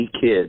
kid